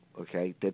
okay